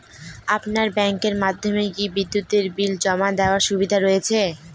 আপনার ব্যাংকের মাধ্যমে কি বিদ্যুতের বিল জমা দেওয়ার সুবিধা রয়েছে?